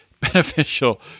beneficial